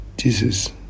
Jesus